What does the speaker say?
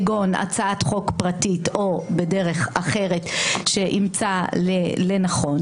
כגון הצעת חוק פרטית או בדרך אחרת שימצא לנכון.